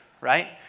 right